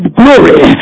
glory